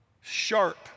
sharp